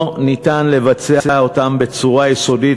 לא ניתן לבצע אותם בצורה יסודית